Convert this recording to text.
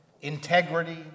integrity